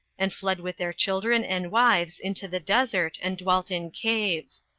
and fled with their children and wives into the desert, and dwelt in caves.